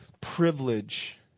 privilege